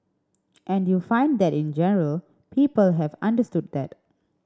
and you find that in general people have understood that